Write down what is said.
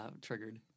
triggered